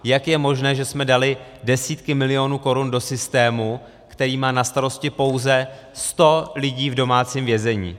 Jak je možné, že jsme dali desítky milionů korun do systému, který má na starosti pouze 100 lidí v domácím vězení?